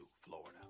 Florida